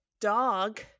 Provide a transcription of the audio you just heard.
dog